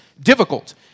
difficult